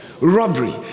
Robbery